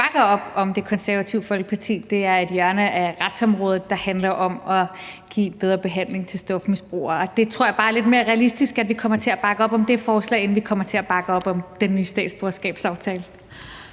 bakker op om hos Det Konservative Folkeparti, er et hjørne af retsområdet, der handler om at give bedre behandling til stofmisbrugere. Jeg tror bare, det er lidt mere realistisk, at vi kommer til at bakke op om det forslag, end at vi kommer til at bakke op om den nye statsborgerskabsaftale.